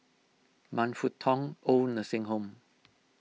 Man Fut Tong Oid Nursing Home